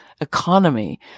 economy